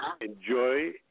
enjoy